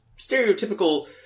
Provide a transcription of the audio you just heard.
stereotypical